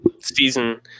season